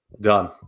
done